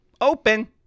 open